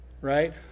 right